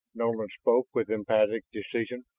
nolan spoke with emphatic decision.